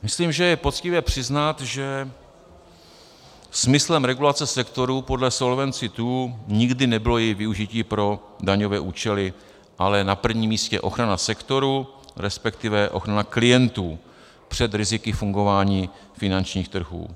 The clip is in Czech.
Myslím, že je poctivé přiznat, že smyslem regulace sektoru podle Solvency II nikdy nebylo její využití pro daňové účely, ale na prvním místě ochrana sektoru, respektive ochrana klientů před riziky fungování finančních trhů.